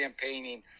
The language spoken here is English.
campaigning